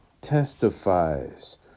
testifies